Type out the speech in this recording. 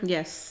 Yes